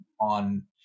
on